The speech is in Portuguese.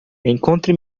encontre